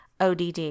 ODD